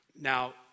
Now